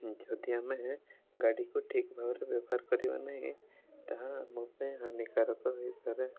ଯଦି ଆମେ ଗାଡ଼ିକୁ ଠିକ୍ ଭାବରେ ବ୍ୟବହାର କରିବା ନାହିଁ ତାହା ଆମ ପାଇଁ ହାନିକାରକ ହୋଇପାରେ